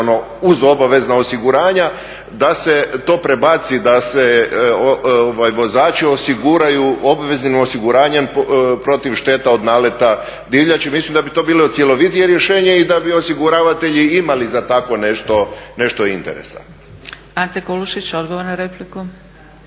uz obavezna osiguranja da se to prebaci, da se vozači osiguraju obveznim osiguranjem protiv šteta od naleta divljači. Mislim da bi to bilo cjelovitije rješenje i da bi osiguravatelji imali za tko nešto interesa. **Zgrebec, Dragica